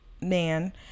man